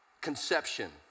Conception